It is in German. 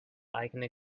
eigene